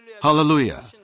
Hallelujah